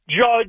Judge